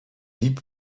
deep